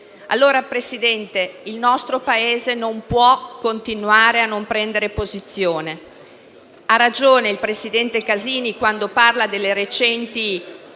Signor Presidente, il nostro Paese non può continuare a non prendere posizione. Ha ragione il senatore Casini quando parla delle recenti